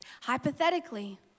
Hypothetically